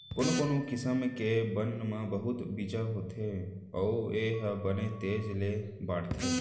कोनो कोनो किसम के बन म बहुत बीजा होथे अउ ए ह बने तेजी ले बाढ़थे